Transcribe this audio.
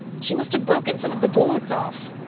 she must have broken some of the boards off.